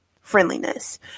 friendliness